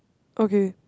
okay